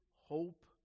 hope